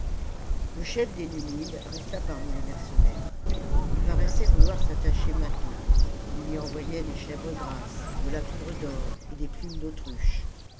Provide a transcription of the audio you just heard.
le chef des numides resta parmi les mercenaires ii paraissait vouloir s'attacher mâtho ii lui envoyait des chèvres grasses de la poudre d'or et des plumes d'autruche